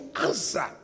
answer